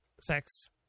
sex